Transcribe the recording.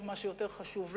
או מה שיותר חשוב לו,